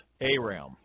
Aram